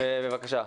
בבקשה.